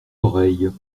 oreilles